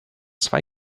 zwei